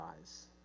eyes